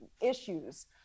issues